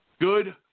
Good